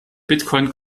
bitcoin